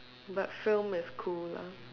but film is cool lah